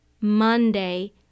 monday